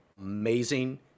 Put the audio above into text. amazing